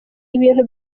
ibintu